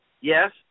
yes